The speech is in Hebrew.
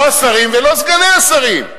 לא השרים ולא סגני השרים.